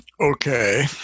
Okay